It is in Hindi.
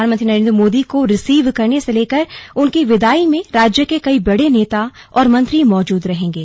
प्रधानमंत्री नरेंद्र मोदी को रिसीव करने से लेकर उनकी विदाई में राज्य के कई बड़े नेता और मंत्री मौजूद रहेंगे